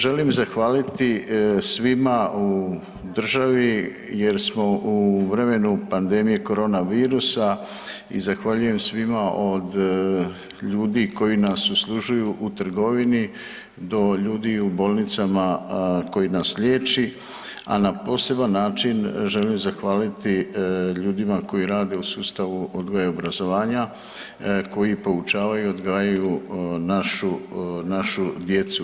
Želim zahvaliti svima u državi jer smo u vremenu pandemije koronavirusa i zahvaljujem svima od ljudi koji nas uslužuju u trgovini, do ljudi u bolnicama koji nas liječi, a na poseban način želim zahvaliti ljudima koji rade u sustavu odgoja i obrazovanja koji poučavaju, odgajaju našu djecu.